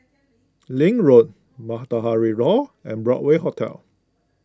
Link Road Matahari Hall and Broadway Hotel